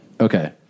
Okay